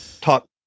talk